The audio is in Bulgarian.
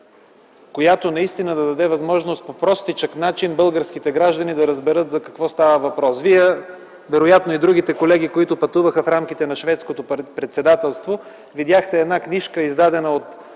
която да даде възможност по простичък начин българските граждани да разберат за какво става въпрос. Вие, а вероятно и другите колеги, които пътуваха в рамките на шведското председателство, видяхте книжка, издадена от